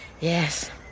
Yes